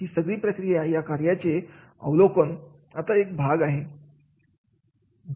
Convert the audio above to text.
ही सगळी प्रक्रिया या कार्याचे अवलोकन आता एक भाग आहे